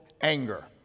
anger